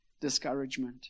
discouragement